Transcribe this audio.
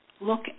look